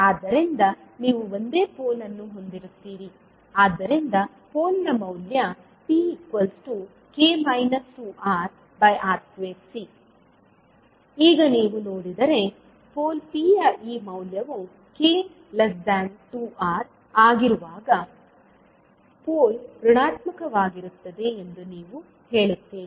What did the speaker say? ಆದ್ದರಿಂದ ನೀವು ಒಂದೇ ಪೋಲ್ ಅನ್ನು ಹೊಂದಿರುತ್ತೀರಿ ಆದ್ದರಿಂದ ಪೋಲ್ನ ಮೌಲ್ಯ pk 2RR2C ಈಗ ನೀವು ನೋಡಿದರೆ ಪೋಲ್ P ಯ ಈ ಮೌಲ್ಯವು k2R ಆಗಿರುವಾಗ ಪೋಲ್ ಋಣಾತ್ಮಕವಾಗಿರುತ್ತದೆ ಎಂದು ನೀವು ಹೇಳುತ್ತೀರಿ